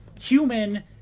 human